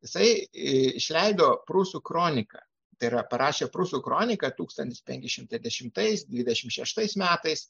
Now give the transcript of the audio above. jisai išleido prūsų kroniką tai yra parašė prūsų kroniką tūkstantis penki šimtaidešimtais dvidešimt šeštais metais